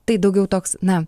tai daugiau toks na